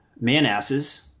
Manasses